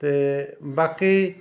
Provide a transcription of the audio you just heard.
ਅਤੇ ਬਾਕੀ